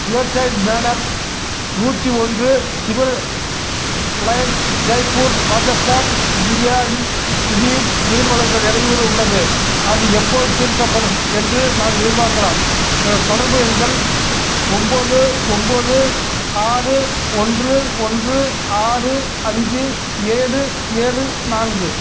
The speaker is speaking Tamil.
ரிவர்சைடு மேனர் நூற்றி ஒன்று civil lines Jaipur Rajasthan India இல் திடீர் நீர் வழங்கல் இடையூறு உள்ளது அது எப்போது தீர்க்கப்படும் என்று நாம் எதிர்பார்க்கலாம் எனதுத் தொடர்பு எண்கள் ஒம்பது ஒம்பது ஆறு ஒன்று ஒன்று ஆறு அஞ்சு ஏழு ஏழு நான்கு